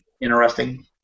interesting